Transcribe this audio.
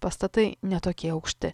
pastatai ne tokie aukšti